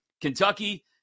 Kentucky